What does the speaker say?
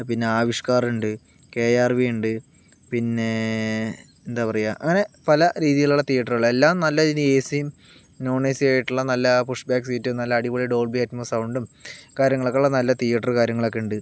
പിന്നെ ആവിഷ്കാറുണ്ട് K R വിയുണ്ട് പിന്നെ എന്താ പറയുക അങ്ങനെ പല രീതിയിലുള്ള തീയേറ്ററുകൾ എല്ലാം നല്ല എ സിയും നോൺ എ സിയും ആയിട്ടുള്ള നല്ല പുഷ് ബേക്ക് സീറ്റും നല്ല അടിപൊളി ഡോൾബി അറ്റ്മോസ് സൗണ്ടും കാര്യങ്ങളൊക്കെയുള്ള നല്ല തിയേറ്റർ കാര്യങ്ങളൊക്കെ ഉണ്ട്